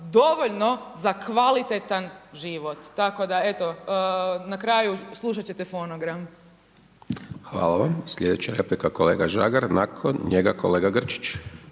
dovoljno za kvalitetan život, tako da, eto, na kraju slušati ćete fonogram. **Hajdaš Dončić, Siniša (SDP)** Hvala vam. Slijedeća replika kolega Žagar, nakon njega kolega Grčić.